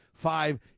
Five